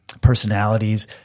personalities